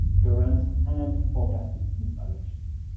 current and forecasted installations.